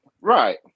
Right